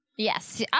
Yes